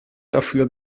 dafür